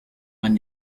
man